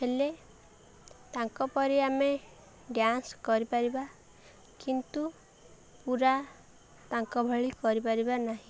ହେଲେ ତାଙ୍କ ପରି ଆମେ ଡ୍ୟାନ୍ସ କରିପାରିବା କିନ୍ତୁ ପୂୁରା ତାଙ୍କ ଭଳି କରିପାରିବା ନାହିଁ